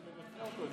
ורצינו לבצע אותו.